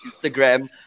Instagram